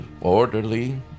orderly